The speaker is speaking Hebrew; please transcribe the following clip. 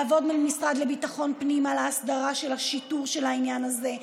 לעבוד מול המשרד לביטחון הפנים על הסדרת השיטור של העניין הזה,